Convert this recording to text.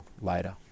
later